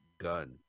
gun